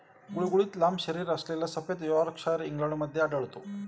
गुळगुळीत लांब शरीरअसलेला सफेद यॉर्कशायर इंग्लंडमध्ये आढळतो